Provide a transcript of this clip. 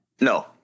No